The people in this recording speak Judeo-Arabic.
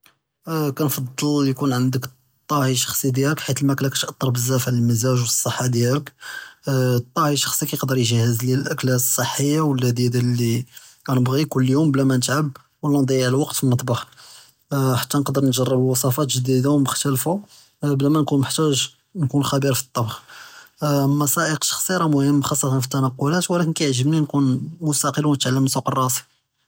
כּנפצל יכון ענדכ אלטחי אלשחסי דיאלך, חית אלמכלה כתא׳ת׳ר בזאף עלא אלמזח ואלצחה דיאלך, אלטחי אלשחסי יקדר יכּד׳ז ליא אלאכל אלסח ואללד׳יז לי נבغي כל יום בלא מא נתעב ולא נציג אלווקת פהמطبח, חתא נקדר נאג׳רב ועספאת ג׳דידה ומוחתלפה בלא מןחתאג יכון חכיר פטבח, אמה סאיק אלשחסי רא מוהם חצ׳א פתנקלות ולקין כיע׳בני נכון מסתקל ונתעלם נסווק לראסי.